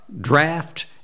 draft